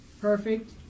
perfect